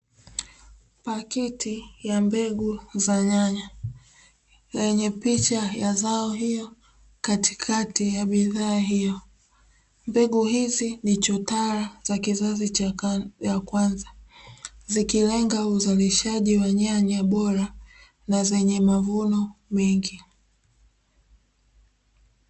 Paketi ya mbegu za nyanya lenye picha ya zao hiyo katikati ya bidhaa hiyo, mbegu hizi ni chotara za kizazi cha kwanza zikilenga uzalishaji wa nyanya bora na zenye mavuno mengi.